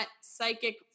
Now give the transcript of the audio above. psychic